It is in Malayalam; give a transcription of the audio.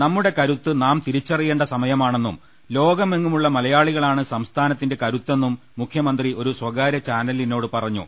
നമ്മുടെ കരുത്ത് നാം തിരിച്ചറിയേണ്ട സമയമാണെന്നും ലോകമെ ങ്ങുമുള്ള മലയാളികളാണ് സംസ്ഥാനത്തിന്റെ കരുത്തെന്നും മുഖ്യമന്ത്രി ഒരു സ്വകാര്യ ചാനലിനോട് പറഞ്ഞു